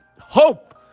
hope